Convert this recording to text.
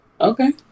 Okay